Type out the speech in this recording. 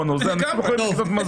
או משהו אנשים יכולים לקנות מזון.